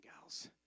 gals